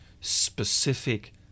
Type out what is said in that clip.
specific